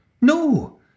No